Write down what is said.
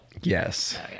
Yes